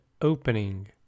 opening